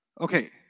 Okay